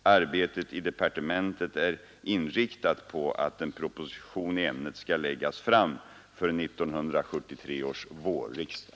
Arbetet i departementet är inriktat på att en proposition i ämnet skall läggas fram för 1973 års vårriksdag.